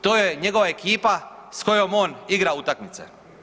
To je njegova ekipa s kojom on igra utakmice.